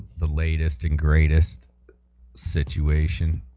the latest and greatest situation